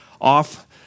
off